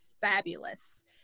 fabulous